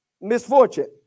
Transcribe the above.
Misfortune